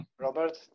robert